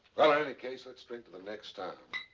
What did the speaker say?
in any case, let's drink to the next town.